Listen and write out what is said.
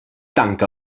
tanca